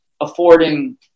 affording –